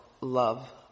love